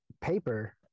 paper